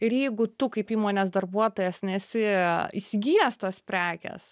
ir jeigu tu kaip įmonės darbuotojas nesi įsigijęs tos prekės